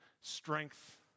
strength